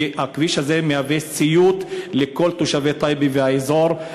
כי הכביש הזה מהווה סיוט לכל תושבי טייבה והאזור.